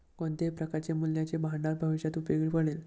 कोणत्याही प्रकारचे मूल्याचे भांडार भविष्यात उपयोगी पडेल